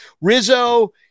Rizzo